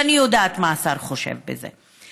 ואני יודעת מה השר חושב בזה,